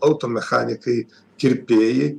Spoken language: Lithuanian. automechanikai kirpėjai